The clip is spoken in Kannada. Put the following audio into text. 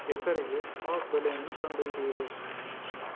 ಹೆಸರಿಗೆ ಸ್ಟಾಕ್ ಬೆಲೆಯನ್ನು ಕಂಡುಹಿಡಿಯಿರಿ